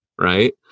right